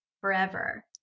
forever